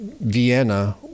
Vienna